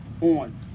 on